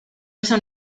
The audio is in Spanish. eso